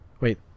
Wait